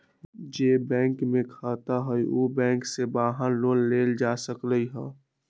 जे बैंक में खाता हए उहे बैंक से वाहन लोन लेल जा सकलई ह